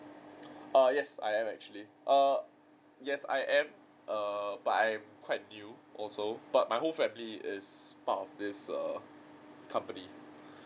uh yes I am actually err yes I am err but I'm quite new also but my whole family is part of this err company